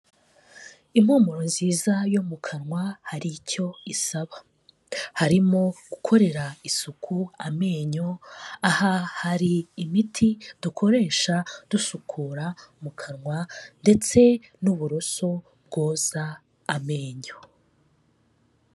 Impumuro nziza yo mu kanwa hari icyo isaba, harimo gukorera isuku amenyo, aha hari imiti dukoresha dusukura mu kanwa, ndetse n'uburoso bwoza amenyo.